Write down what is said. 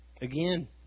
Again